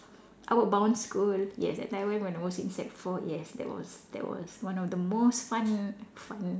outward bound school yes that time I went when I was in sec four yes that was that was one of the most fun fun